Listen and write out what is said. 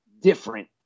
different